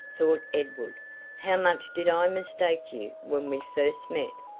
thought edward how much did i mistake you when we first met!